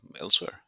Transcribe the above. elsewhere